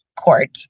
court